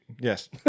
Yes